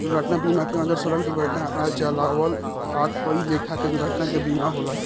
दुर्घटना बीमा के अंदर सड़क दुर्घटना आ जलावल आ कई लेखा के दुर्घटना के बीमा होला